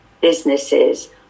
businesses